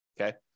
Okay